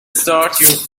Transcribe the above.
start